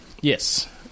Yes